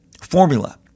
formula